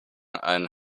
ein